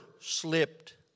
slipped